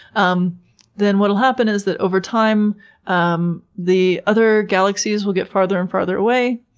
um then what'll happen is that over time um the other galaxies will get farther and farther away.